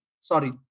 sorry